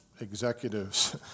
executives